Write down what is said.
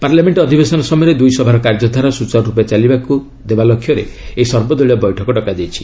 parliament ଅଧିବେଶନ ସମୟରେ ଦୁଇ ସଭାର କାର୍ଯ୍ୟଧାରା ସୁଚାରୁରୂପେ ଚାଲିବାକୁ ଦେବା ଲକ୍ଷ୍ୟରେ ଏହି ସର୍ବଦଳୀୟ ବୈଠକ ଡକାଯାଇଛି